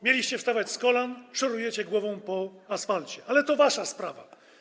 Mieliście wstawać z kolan, a szorujecie głową po asfalcie, ale to wasza sprawa.